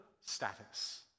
status